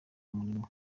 murimo